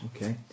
Okay